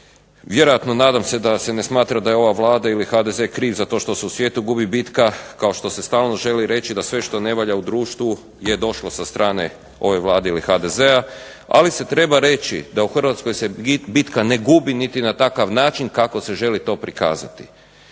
Vjerojatno nadam se da se ne smatra da je ova Vlada ili HDZ kriv za to što se u svijetu gubi bitka, kao što se stalno želi reći da sve što ne valja u društvu je došlo sa strane ove Vlade ili HDZ-a, ali se treba reći da u Hrvatskoj se bitka ne gubi niti na takav način kako se želi to prikazati.